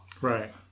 Right